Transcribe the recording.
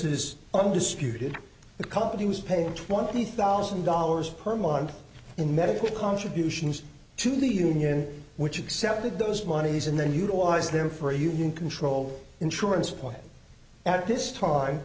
is undisputed the company was paying twenty thousand dollars per month in medical contributions to the union which accepted those monies and then utilize them for a union control insurance plan at this time